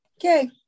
Okay